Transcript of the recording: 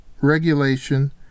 regulation